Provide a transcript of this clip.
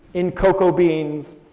in cocoa beans,